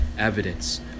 evidence